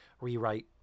rewrite